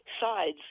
sides